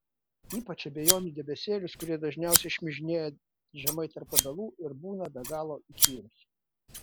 ypač abejonių debesėlius kurie dažniausiai šmižinėja žemai tarp obelų ir būna be galo įkyrūs